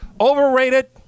overrated